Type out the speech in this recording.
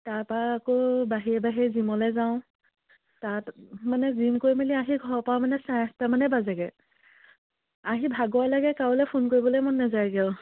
তাৰপৰা আকৌ বাহিৰে বাহিৰে জিমলে যাওঁ তাত মানে জিম কৰি মেলি আহি ঘৰ পাওঁ মানে চাৰে আঠটা মানেই বাজেগৈ আহি ভাগৰে লাগে কাৰোলে ফোন কৰিবলৈ মোৰ নাযায়গে আৰু